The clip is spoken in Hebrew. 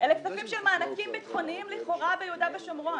אלה כספים של מענקים ביטחוניים לכאורה ביהודה ושומרון.